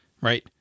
right